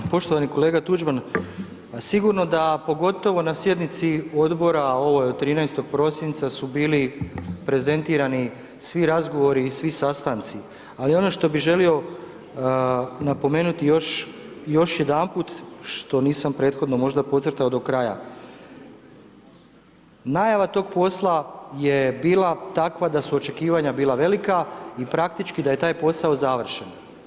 Poštovani kolega Tuđman, sigurno da, pogotovo na sjednici odbora ovoj od 13. prosinca su bili prezentirani svi razgovori i svi sastanci, ali ono što bi želio napomenuti još jedanput što nisam prethodno možda podcrtao do kraja, najava tog posla je bila takva da su očekivanja bila velika i praktički da je taj posao završen.